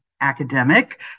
academic